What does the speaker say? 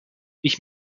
ich